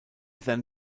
then